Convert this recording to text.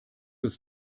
ist